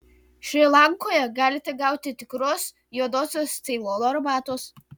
šri lankoje galite gauti tikros juodosios ceilono arbatos